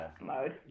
mode